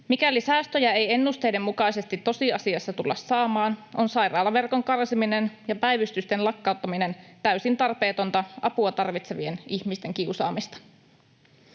Mikäli säästöjä ei ennusteiden mukaisesti tosiasiassa tulla saamaan, on sairaalaverkon karsiminen ja päivystysten lakkauttaminen täysin tarpeetonta apua tarvitsevien ihmisten kiusaamista.